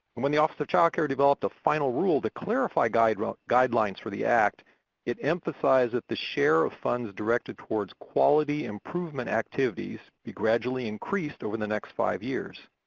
when when the office of child care developed a final rule to clarify guidelines guidelines for the act it emphasizes that the share of funds directed towards quality improvement activities be gradually increase over the next five years.